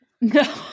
No